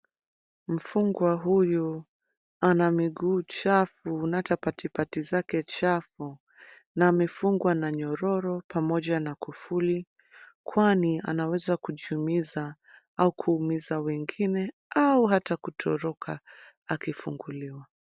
Mfungwa huyu ana miguu chafu na hata patipati zake chafu na amefungwa na nyororo pamoja na kufuli, kwani anaweza kujiumiza au kuumiza wengine au hata kutoroka akifunguliwa.